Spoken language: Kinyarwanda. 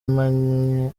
maranye